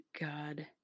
God